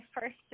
first –